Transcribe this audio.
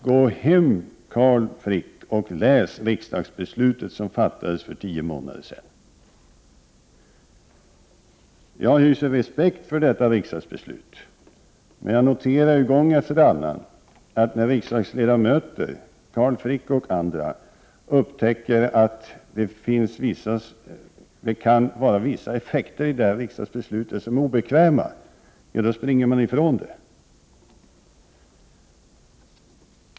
Gå hem och läs riksdagsbeslutet som fattades för tio månader sedan, Carl Frick! Jag hyser respekt för detta riksdagsbeslut, men jag noterar gång efter annan att riksdagsledamöter, som Carl Frick och andra, springer ifrån ett riksdagsbeslut när de upptäcker att det kan få effekter som är obekväma.